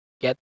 get